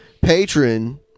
patron